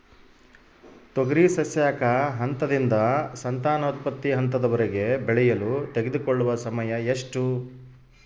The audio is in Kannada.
ತೊಗರಿ ಸಸ್ಯಕ ಹಂತದಿಂದ ಸಂತಾನೋತ್ಪತ್ತಿ ಹಂತದವರೆಗೆ ಬೆಳೆಯಲು ತೆಗೆದುಕೊಳ್ಳುವ ಸಮಯ ಎಷ್ಟು?